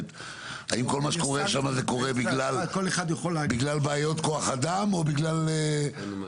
האם כל מה שקורה שם זה קורה בגלל בעיות כוח אדם או בגלל האדם?